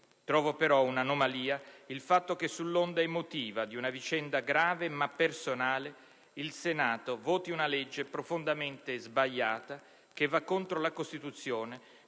trovo però un'anomalia il fatto che, sull'onda emotiva di una vicenda grave ma personale, il Senato voti una legge profondamente sbagliata, che va contro la Costituzione,